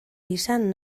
izan